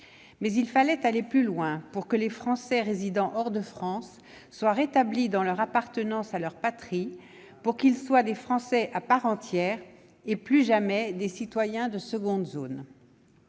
fallait cependant aller plus loin pour que les Français résidant hors de France soient rétablis dans leur appartenance à leur patrie, pour qu'ils soient des Français à part entière et plus jamais des citoyens de seconde zone.